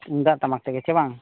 ᱛᱩᱢᱫᱟᱜ ᱴᱟᱢᱟᱠ ᱛᱮᱜᱮ ᱥᱮ ᱵᱟᱝ